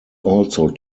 also